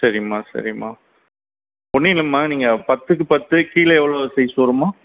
சரிம்மா சரிம்மா ஒன்றும் இல்லைம்மா நீங்கள் பத்துக்கு பத்து கீழே எவ்வளோ சைஸ் வரும்மா